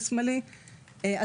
אז שימו לב,